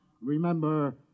Remember